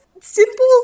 simple